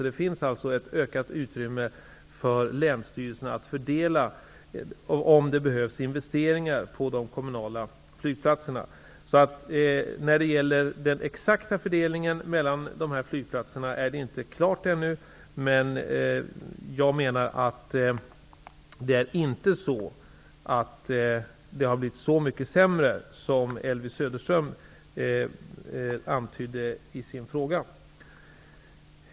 Det finns alltså ett ökat utrymme för länsstyrelserna att fördela, om det behövs, investeringar på de kommunala flygplatserna. Den exakta fördelningen mellan de här flygplatserna är inte klar ännu. Men jag menar att det inte har blivit så mycket sämre som Elvy Söderström antydde i sin fråga.